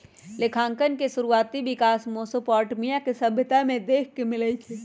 लेखांकन के शुरुआति विकास मेसोपोटामिया के सभ्यता में देखे के मिलइ छइ